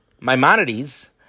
Maimonides